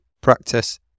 practice